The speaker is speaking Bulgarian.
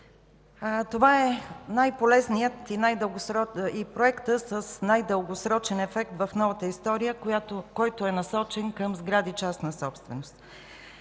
Това е най-полезният и проектът с най-дългосрочен ефект в новата история, който е насочен към сгради частна собственост.